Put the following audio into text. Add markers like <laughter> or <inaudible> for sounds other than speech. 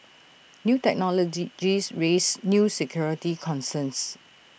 new technology <unintelligible> raise new security concerns